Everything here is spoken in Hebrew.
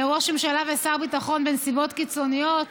וראש ממשלה ושר ביטחון בנסיבות קיצוניות